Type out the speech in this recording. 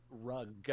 Rug